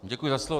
Děkuji za slovo.